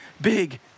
big